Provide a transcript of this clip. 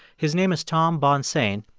his name is tom bonsaint.